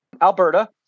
Alberta